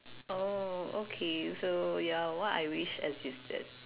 oh okay so ya what I wish existed